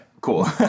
cool